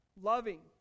loving